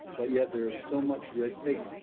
but yet there is so much red tape.